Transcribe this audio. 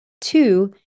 two